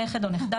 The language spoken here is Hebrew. נכד או נכדה,